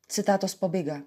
citatos pabaiga